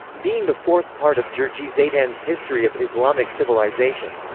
being the fourth part of jurji zaydan's history of islamic civilization.